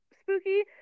spooky